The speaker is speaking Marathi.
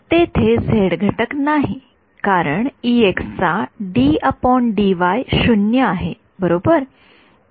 तेथे झेड घटक नाही कारण चा 0 आहे बरोबर